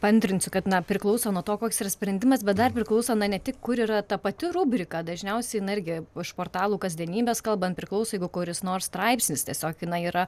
paantrinsiu kad na priklauso nuo to koks yra sprendimas bet dar priklauso na ne tik kur yra ta pati rubrika dažniausiai jinai irgi iš portalų kasdienybės kalbant priklauso jeigu kuris nors straipsnis tiesiog jinai yra